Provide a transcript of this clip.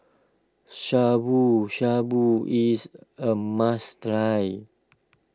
Shabu Shabu is a must try